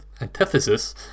antithesis